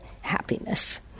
happiness